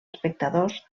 espectadors